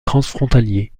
transfrontalier